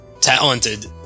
talented